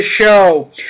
show